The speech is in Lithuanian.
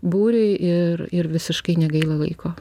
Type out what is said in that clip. būriui ir ir visiškai negaila laiko